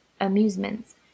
amusements